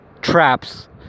traps